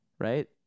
right